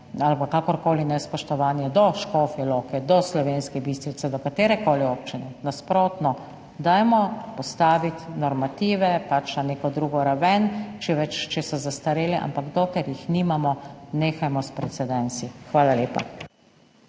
ali pa kakorkoli nespoštovanje do Škofje Loke, do Slovenske Bistrice, do katerekoli občine, nasprotno. Dajmo postaviti normative na neko drugo raven, če so zastareli, ampak dokler jih nimamo, nehajmo s precedensi. Hvala lepa.